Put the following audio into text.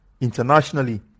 internationally